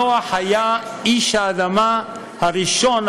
נח היה איש האדמה הראשון,